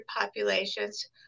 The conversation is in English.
populations